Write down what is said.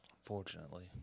Unfortunately